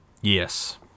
Yes